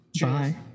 Bye